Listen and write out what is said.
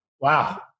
Wow